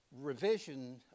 revision